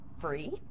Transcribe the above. free